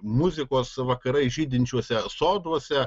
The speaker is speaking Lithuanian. muzikos vakarai žydinčiuose soduose